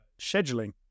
scheduling